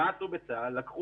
מה עשו בצבא הגנה לישראל?